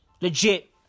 legit